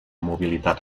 mobilitat